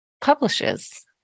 publishes